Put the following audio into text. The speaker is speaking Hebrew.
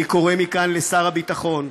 אני קורא מכאן לשר הביטחון,